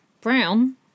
Brown